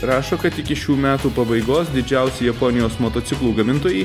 rašo kad iki šių metų pabaigos didžiausi japonijos motociklų gamintojai